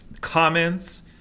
comments